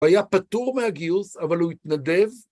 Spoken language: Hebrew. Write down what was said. הוא היה פטור מהגיוס, אבל הוא התנדב.